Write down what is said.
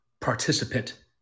participant